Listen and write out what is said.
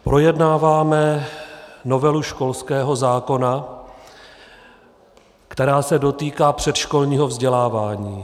Projednáváme novelu školského zákona, která se dotýká předškolního vzdělávání.